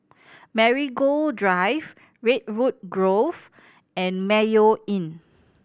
Marigold Drive Redwood Grove and Mayo Inn